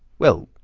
well,